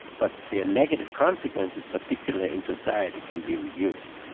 but their negative consequences, particularly in society, can be reduced.